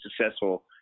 successful